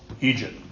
Egypt